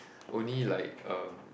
only like uh